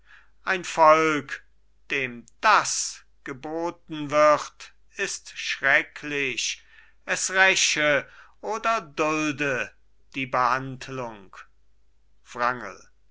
ein volk dem das geboten wird ist schrecklich es räche oder dulde die behandlung